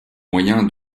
moyen